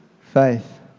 faith